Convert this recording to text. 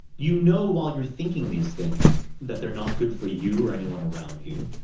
you know while you're thinking these things that they are not good for you or anyone around you,